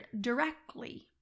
directly